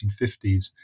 1950s